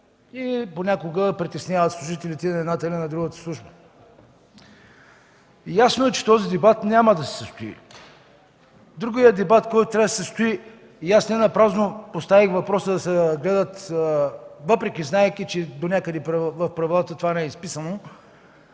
и понякога притесняват служителите на едната или на другата служба. Ясно е, че този дебат няма да се състои. Другият дебат, който трябваше да се състои и аз не напразно поставих въпроса, знаейки, че донякъде в правилата това не е изписано,